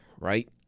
right